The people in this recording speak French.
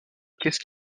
caisse